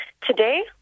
today